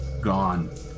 gone